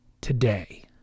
today